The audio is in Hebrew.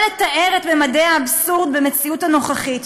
קשה לתאר את ממדי האבסורד במציאות הנוכחית,